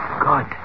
Good